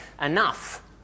enough